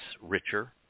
richer